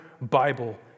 Bible